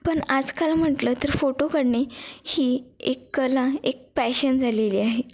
पण आजकाल म्हटलं तर फोटो काढणे ही एक कला एक पॅशन झालेली आहे